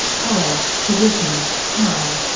colour, position, tile,